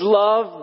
love